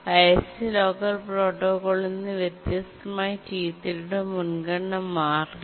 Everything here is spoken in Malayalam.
ഹൈഎസ്റ് ലോക്കർ പ്രോട്ടോക്കോളിൽ നിന്ന് വ്യത്യസ്തമായി T3 യുടെ മുൻഗണന മാറില്ല